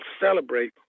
celebrate